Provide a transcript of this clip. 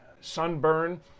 sunburn